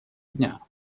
дня